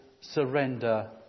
surrender